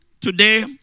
Today